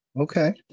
Okay